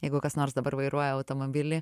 jeigu kas nors dabar vairuoja automobilį